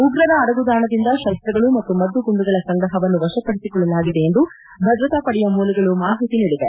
ಉಗ್ರರ ಅಡಗುದಾಣದಿಂದ ಶಸ್ತಗಳು ಮತ್ತು ಮದ್ದುಗುಂಡುಗಳ ಸಂಗ್ರಹವನ್ನು ವಶಪಡಿಸೊಳ್ಳಲಾಗಿದೆ ಎಂದು ಭದ್ರತಾಪಡೆಯ ಮೂಲಗಳು ಮಾಹಿತಿ ನೀಡಿವೆ